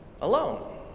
alone